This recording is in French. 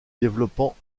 développant